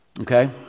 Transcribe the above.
Okay